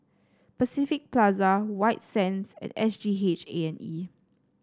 Pacific Plaza White Sands and S G H A and E